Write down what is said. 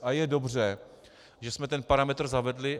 A je dobře, že jsme ten parametr zavedli.